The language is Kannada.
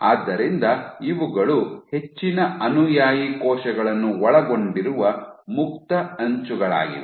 ಆದ್ದರಿಂದ ಇವುಗಳು ಹೆಚ್ಚಿನ ಅನುಯಾಯಿ ಕೋಶಗಳನ್ನು ಒಳಗೊಂಡಿರುವ ಮುಕ್ತ ಅಂಚುಗಳಾಗಿವೆ